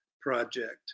project